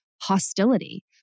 hostility